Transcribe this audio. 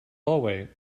hallway